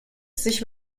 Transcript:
sich